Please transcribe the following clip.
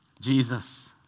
Jesus